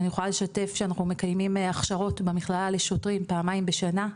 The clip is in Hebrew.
אני יכולה לשתף שאנחנו מקיימים הכשרות במכללה לשוטרים פעמיים בשנה,